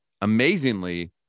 amazingly